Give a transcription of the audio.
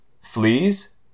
Fleas